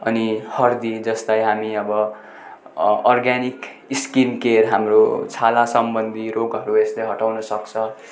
अनि हर्दी जसलाई हामी अब अ अर्ग्यानिक स्किनकेयर हाम्रो छालासम्बन्धी रोगहरू यसले हटाउन सक्छ